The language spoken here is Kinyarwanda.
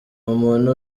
umuntu